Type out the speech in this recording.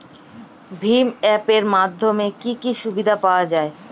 ভিম app এর মাধ্যমে কি কি সুবিধা পাওয়া যায়?